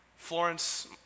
Florence